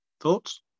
Thoughts